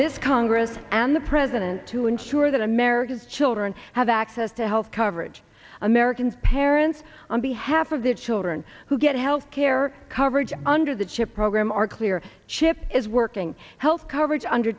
this congress and the president to ensure that america's children have access to health coverage american parents on behalf of their children who get health care coverage under the chip program are clear chip is working health coverage under